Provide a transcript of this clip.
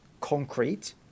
concrete